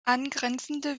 angrenzende